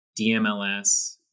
DMLS